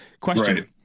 question